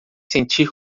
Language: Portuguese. sentir